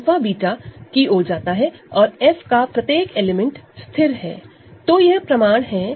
𝛂 β की ओर जाता है और F का प्रत्येक एलिमेंट फिक्स है तो यह प्रमाण है